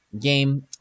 Game